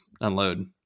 unload